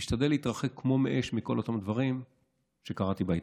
אני משתדל להתרחק כמו מאש מכל אותם דברים שקראתי בעיתון.